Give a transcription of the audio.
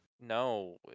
No